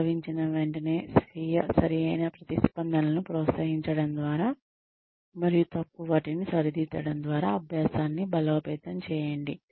సంభవించిన వెంటనే స్వీయ సరియైన ప్రతిస్పందనలను ప్రోత్సహించడం ద్వారా మరియు తప్పు వాటిని సరిదిద్దడం ద్వారా అభ్యాసాన్ని బలోపేతం చేయండి